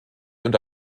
und